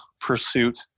pursuit